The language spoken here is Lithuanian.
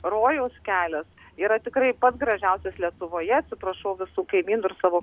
rojaus kelias yra tikrai pats gražiausias lietuvoje atsiprašau visų kaimynų ir savo